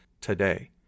today